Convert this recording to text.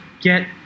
get